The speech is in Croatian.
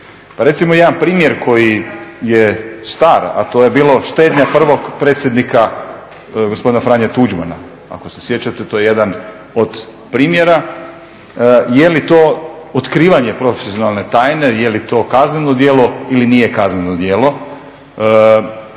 recimo jedan primjer koji je star a to je bilo štednja prvog predsjednika gospodina Franje Tuđmana, ako se sjećate to je jedan od primjera je li to otkrivanje profesionalne tajne, je li to kazneno djelo ili nije kazneno djelo.